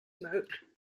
mode